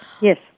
Yes